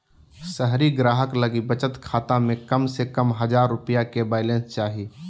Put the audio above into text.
शहरी ग्राहक लगी बचत खाता में कम से कम हजार रुपया के बैलेंस चाही